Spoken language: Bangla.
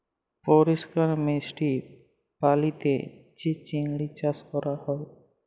পরিষ্কার মিষ্টি পালিতে যে চিংড়ি চাস ক্যরা হ্যয়